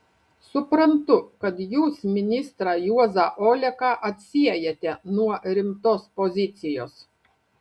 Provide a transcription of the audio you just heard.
suprantu kad jūs ministrą juozą oleką atsiejate nuo rimtos pozicijos